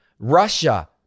Russia